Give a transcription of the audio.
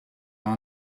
aan